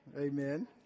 Amen